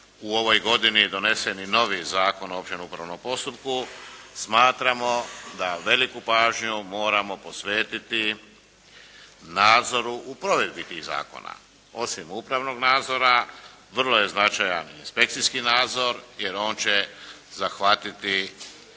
u ovoj godini donesen i novi Zakon o općem upravnom postupku smatramo da veliku pažnju moramo posvetiti nadzoru u provedbi tih zakona. Osim upravnog nadzora vrlo je značajan inspekcijski nadzor jer on će zahvatiti